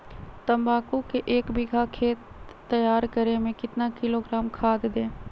तम्बाकू के एक बीघा खेत तैयार करें मे कितना किलोग्राम खाद दे?